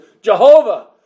Jehovah